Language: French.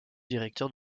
directeur